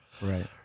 Right